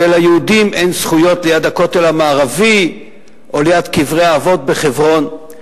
וליהודים אין זכויות ליד הכותל המערבי או ליד קברי האבות בחברון.